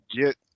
get